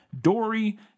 Dory